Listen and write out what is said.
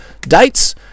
Dates